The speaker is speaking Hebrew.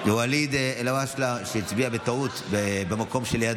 ואליד אלהואשלה הצביע בטעות במקום שלידו.